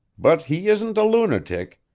but he isn't a lunatic.